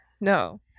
No